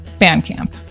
Bandcamp